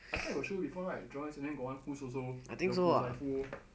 I think I got show you before right joyce and then got one whose also zaiful zaiful